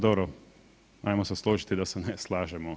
Pa dobro, ajmo se složiti da se ne slažemo.